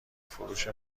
فروش